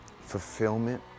fulfillment